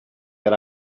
that